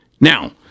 Now